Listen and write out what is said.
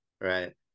Right